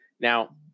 Now